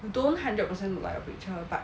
don't hundred percent look like your picture but